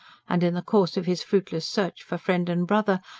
and in the course of his fruitless search for friend and brother,